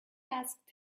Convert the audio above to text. asked